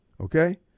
Okay